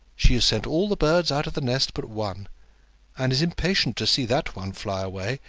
she has sent all the birds out of the nest but one and is impatient to see that one fly away,